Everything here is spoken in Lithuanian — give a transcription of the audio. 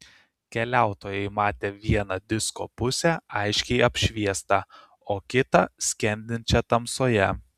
keliautojai matė vieną disko pusę aiškiai apšviestą o kitą skendinčią tamsoje